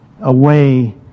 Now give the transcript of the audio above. away